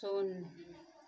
शून्य